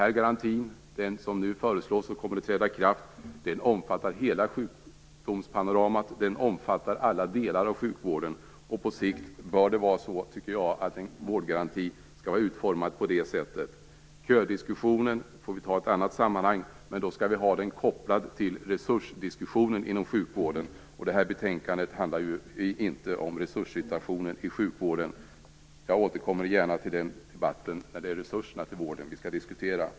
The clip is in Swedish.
Den garanti som nu föreslås och kommer att träda i kraft omfattar hela sjukdomspanoramat, och den omfattar alla delar av sjukvården. Jag menar att en vårdgaranti på sikt bör vara utformad på det sättet. Ködiskussionen får vi ta i ett annat sammanhang, men diskussionen skall då kopplas till diskussionen om resurser inom sjukvården. Det här betänkandet handlar ju inte om resurssituationen i sjukvården. Jag återkommer gärna till den debatten när det är resurserna till vården som vi skall diskutera.